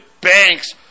banks